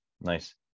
nice